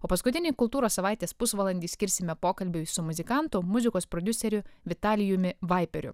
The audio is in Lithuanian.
o paskutinį kultūros savaitės pusvalandį skirsime pokalbiui su muzikantu muzikos prodiuseriu vitalijumi vaipieriu